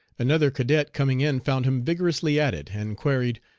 another cadet coming in found him vigorously at it, and queried,